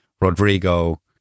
Rodrigo